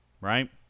Right